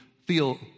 feel